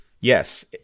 Yes